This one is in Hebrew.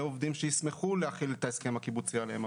עובדים שישמחו להחיל את ההסכם הקיבוצי עליהם.